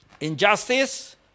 Injustice